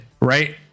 right